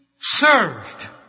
served